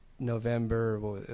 November